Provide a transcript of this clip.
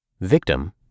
Victim